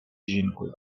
жінкою